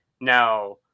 Now